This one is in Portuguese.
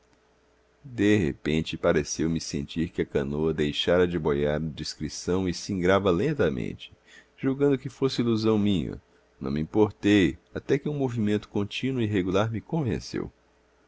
de repente pareceu-me sentir que a canoa deixara de boiar à discrição e singrava lentamente julgando que fosse ilusão minha não me importei até que um movimento contínuo e